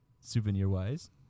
souvenir-wise